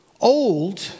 old